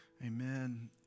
Amen